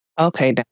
Okay